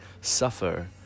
suffer